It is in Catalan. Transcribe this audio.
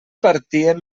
partien